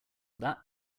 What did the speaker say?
that